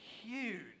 huge